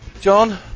John